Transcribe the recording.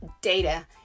data